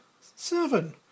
Seven